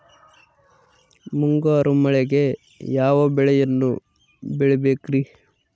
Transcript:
ಮುಂಗಾರು ಮಳೆಗೆ ಯಾವ ಬೆಳೆಯನ್ನು ಬೆಳಿಬೇಕ್ರಿ?